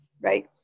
right